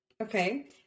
okay